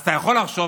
אז אתה יכול לחשוב,